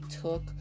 took